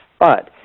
but,